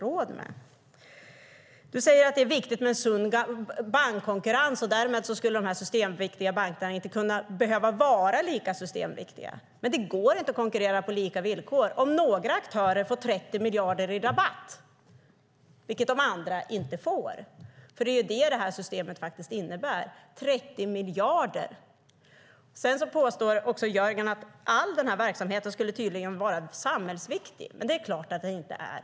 Jörgen Andersson säger att det är viktigt med sund bankkonkurrens och att de systemviktiga bankerna inte skulle behöva vara lika systemviktiga. Men det går inte att konkurrera på lika villkor om några aktörer får 30 miljarder i rabatt och de andra inte får det. Det är ju det som systemet faktiskt innebär - 30 miljarder! Jörgen påstår att all denna verksamhet tydligen skulle vara samhällsviktig. Det är klart att den inte är.